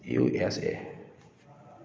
USA